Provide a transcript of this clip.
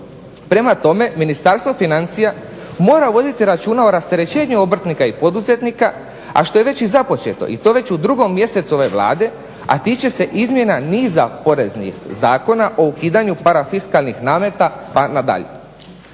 Prema tome, Ministarstvo financija mora voditi računa o rasterećenju obrtnika i poduzetnika, a što je već i započeto i to veću 2.mjesecu ove Vlade, a tiče se izmjena niza poreznih zakona o ukidanju parafiskalnih nameta pa nadalje.